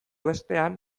bestean